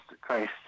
Christ